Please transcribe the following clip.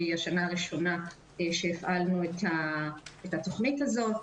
היא השנה הראשונה שהפעלנו את התכנית הזו.